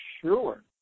Sure